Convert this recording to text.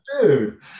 dude